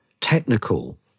technical